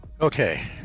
Okay